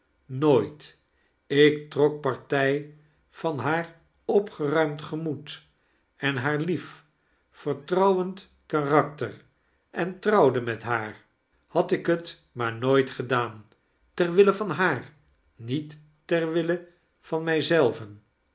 nooit ik trok partij von haar opgeruimd gemoed en haar lief vertrouwend karakter en trouwde met haar had ik t maar nooit gedaan ter wille van haar niet ter wille van mij